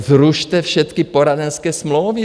Zrušte všecky poradenské smlouvy.